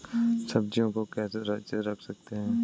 सब्जियों को कैसे सुरक्षित रख सकते हैं?